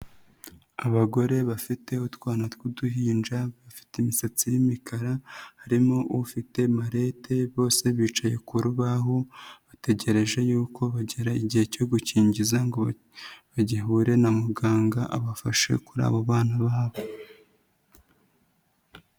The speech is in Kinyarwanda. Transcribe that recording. Abagore bafite utwana tw'uduhinja, bafite imisatsi y'imikara, harimo ufite malete, bose bicaye ku rubaho, bategereje yuko bagera igihe cyo gukingiza ngo bahure na muganga abafashe kuri abo bana babo.